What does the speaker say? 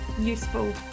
useful